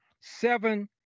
seven